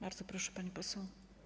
Bardzo proszę, pani poseł.